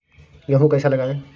गेहूँ कैसे लगाएँ?